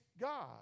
God